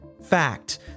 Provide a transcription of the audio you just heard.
fact